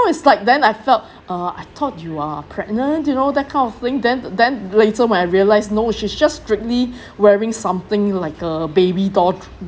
so it's like then I felt uh I thought you are pregnant you know that kind of thing then then later when I realised no she's just strictly wearing something like a baby doll